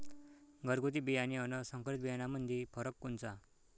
घरगुती बियाणे अन संकरीत बियाणामंदी फरक कोनचा?